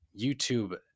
YouTube